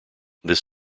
this